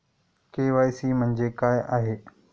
KYC म्हणजे काय आहे?